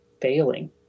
failing